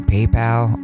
PayPal